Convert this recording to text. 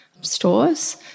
stores